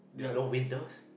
there's no windows